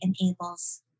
enables